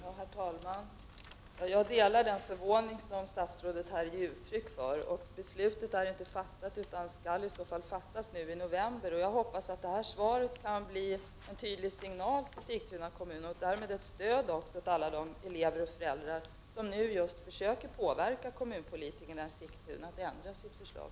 Herr talman! Jag delar den förvåning som statsrådet här ger uttryck för. Beslutet är inte fattat utan skall i så fall fattas i november. Jag hoppas att detta svar kan bli en tydlig signal till Sigtuna kommun och därmed ett stöd för alla elever och föräldrar som nu försöker påverka kommunpolitikerna i Sigtuna att ändra sitt förslag.